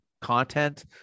content